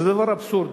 זה דבר אבסורדי.